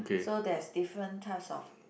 so there's different types of